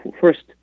first